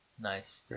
Nice